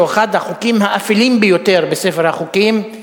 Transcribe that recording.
שהוא אחד החוקים האפלים ביותר בספר החוקים,